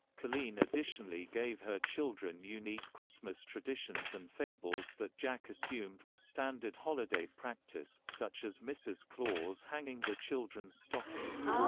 colleen additionally gave her children unique christmas traditions and fables that jack assumed were standard holiday practice, such as mrs. claus hanging the children's stockings.